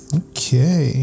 okay